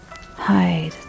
hide